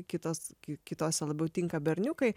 kitos ki kitose labiau tinka berniukai